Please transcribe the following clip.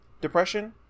Depression